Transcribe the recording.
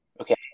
okay